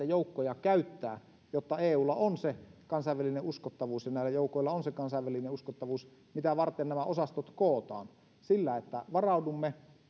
joukkoja käyttää jotta eulla on se kansainvälinen uskottavuus ja näillä joukoilla on se kansainvälinen uskottavuus mitä varten nämä osastot kootaan sillä että varaudumme